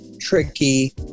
tricky